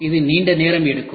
இது நீண்ட நேரம் எடுக்கும்